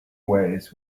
ways